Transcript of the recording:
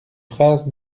phrases